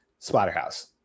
Splatterhouse